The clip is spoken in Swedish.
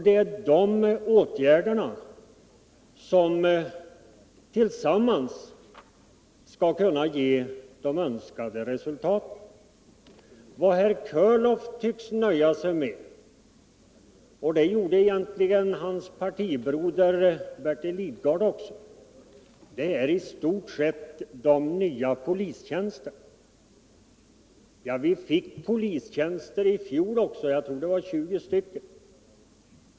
Det är de åtgärderna som tillsammans skall kunna ge de önskade resultaten. Vad herr Körlof tycks nöja sig med — och det gjorde egentligen hans partibroder Bertil Lidgard också — är i stort sett de nya polistjänsterna. Vi fick polistjänster i fjol också — jag tror det var 20.